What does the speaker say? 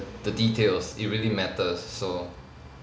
the details it really matters so